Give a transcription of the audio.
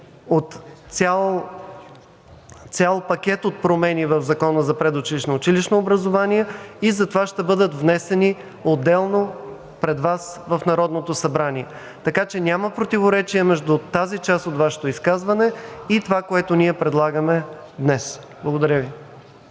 от цял пакет от промени в Закона за предучилищното и училищното образование. Затова ще бъдат внесени отделно пред Вас в Народното събрание. Така че няма противоречие между тази част от Вашето изказване и това, което ние предлагаме днес. Благодаря Ви.